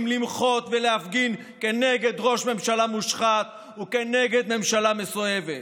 למחות ולהפגין נגד ראש ממשלה מושחת ונגד ממשלה מסואבת.